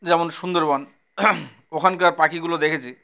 যেমন সুন্দরবন ওখানকার পাখিগুলো দেখেছি